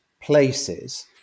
places